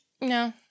no